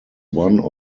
one